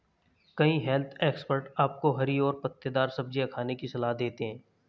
कई health expert आपको हरी और पत्तेदार सब्जियां खाने की सलाह देते हैं